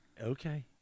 Okay